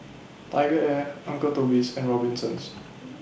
TigerAir Uncle Toby's and Robinsons